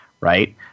right